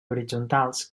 horitzontals